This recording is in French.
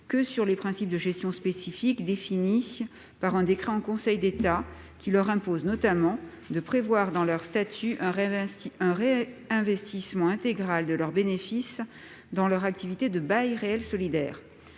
que sur les principes spécifiques de gestion, définis par un décret en conseil d'État, qui leur imposent notamment de prévoir dans leurs statuts un réinvestissement intégral de leurs bénéfices dans leur activité de BRS. À ce titre,